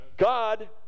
God